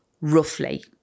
roughly